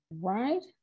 Right